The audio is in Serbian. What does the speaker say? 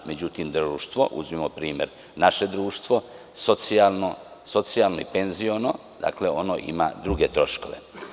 Međutim, društvo, uzmimo primer našeg društva, socijalno i penziono, dakle, ono ima druge troškove.